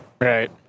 Right